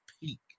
peak